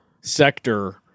sector